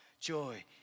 joy